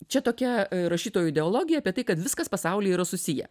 čia tokia rašytojo ideologija apie tai kad viskas pasaulyje yra susiję